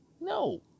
No